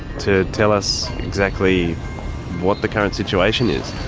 to tell us exactly what the current situation is.